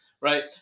right